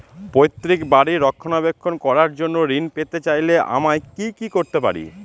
পৈত্রিক বাড়ির রক্ষণাবেক্ষণ করার জন্য ঋণ পেতে চাইলে আমায় কি কী করতে পারি?